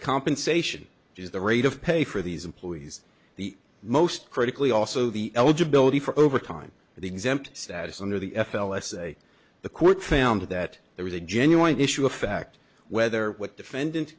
compensation is the rate of pay for these employees the most critically also the eligibility for overtime exempt status under the f l s a the court found that there was a genuine issue of fact whether what defendant